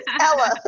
Ella